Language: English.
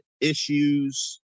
issues